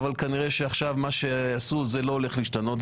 אבל כנראה שעכשיו מה שעשו זה לא הולך להשתנות.